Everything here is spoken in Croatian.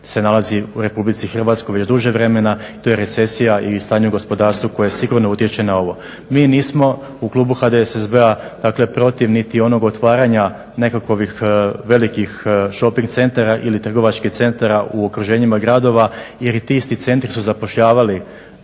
se nalazi u Hrvatskoj već duže vremena. To je recesija i stanje u gospodarstvu koje sigurno utječe na ovo. Mi nismo u Klubu HDSSB-a, dakle protiv niti onog otvaranja nekakovih velikih shopping centara ili trgovačkih centara u okruženjima gradova jer i ti isti centri su zapošljavali